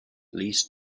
least